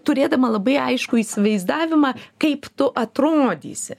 turėdama labai aiškų įsivaizdavimą kaip tu atrodysi